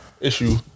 issue